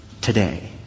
today